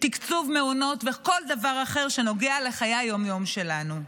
תקצוב מעונות וכל דבר אחר שנוגע לחיי היום-יום שלנו.